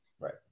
Right